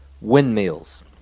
windmills